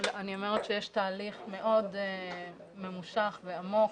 אני אומרת שיש תהליך מאוד ממושך ועמוק